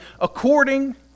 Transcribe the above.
according